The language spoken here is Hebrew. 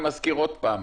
אני מזכיר עוד פעם.